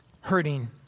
hurting